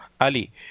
Ali